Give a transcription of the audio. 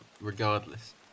regardless